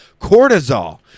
cortisol